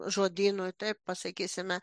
žodynui taip pasakysime